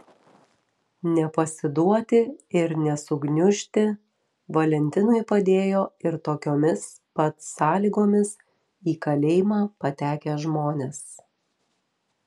nepasiduoti ir nesugniužti valentinui padėjo ir tokiomis pat sąlygomis į kalėjimą patekę žmonės